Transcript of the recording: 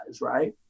right